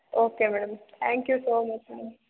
okay madam thank you so much madam